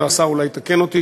והשר אולי יתקן אותי,